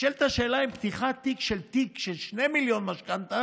נשאלת השאלה אם פתיחת תיק של 2 מיליון משכנתה